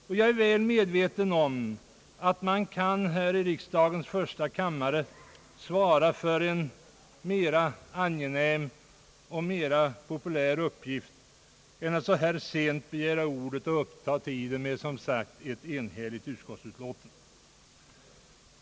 Och jag är väl medveten om att man kan svara för en mer angenäm och populär uppgift i riksdagens första kammare än att så här sent begära ordet och uppta tiden med att diskutera ett som sagt enhälligt utskottsutlåtande.